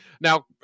now